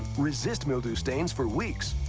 resist mildew stains for weeks.